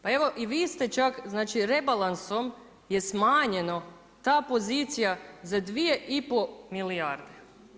Pa evo i vi ste čak, znači rebalansom je smanjeno ta pozicija za 2,5 milijarde.